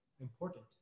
important